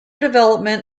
development